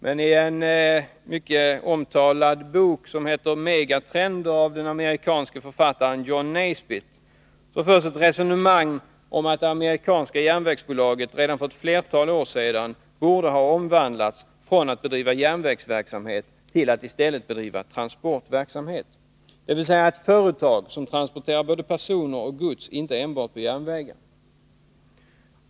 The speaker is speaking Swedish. Men i en mycket omtalad bok som heter Megatrender, av den amerikanske författaren John Naisbitt, förs ett resonemang om att det amerikanska järnvägsbolaget redan för flera år sedan borde ha omvandlats från att bedriva järnvägsverksamhet till att i stället bedriva transportverksamhet, dvs. ett företag som transporterar både personer och gods inte enbart på järnvägen.